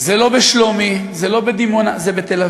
זה לא בשלומי, זה לא בדימונה, זה בתל-אביב.